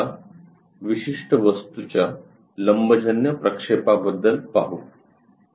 या विशिष्ट वस्तूच्या लंबजन्य प्रक्षेपाबद्दल पाहू